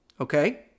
okay